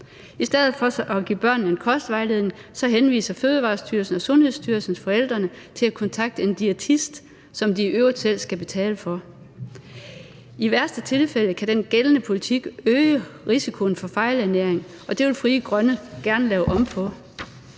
I stedet for at give børnene en kostvejledning henviser Fødevarestyrelsen og Sundhedsstyrelsen forældrene til at kontakte en diætist, som de i øvrigt selv skal betale for. I værste tilfælde kan den gældende politik øge risikoen for fejlernæring, og det vil Frie Grønne gerne lave om på.